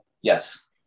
Yes